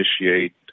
initiate